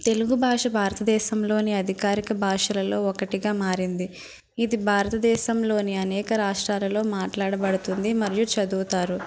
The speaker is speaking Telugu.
తెలుగు భాష భారత దేశంలోని అధికారిక భాషలలో ఒకటిగా మారింది ఇది భారతదేశంలోని అనేక రాష్ట్రాలలో మాట్లాడబడుతుంది మరియు చదువుతారు